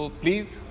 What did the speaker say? please